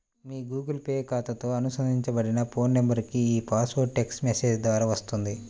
మీ Google Pay ఖాతాతో అనుబంధించబడిన phone నంబర్కు ఈ పాస్వర్డ్ టెక్ట్స్ మెసేజ్ ద్వారా వస్తుంది